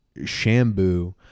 Shambu